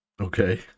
okay